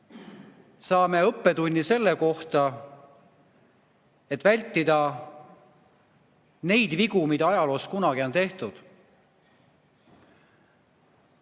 saame ka õppetunni selle kohta, et vältida neid vigu, mida ajaloos kunagi on tehtud.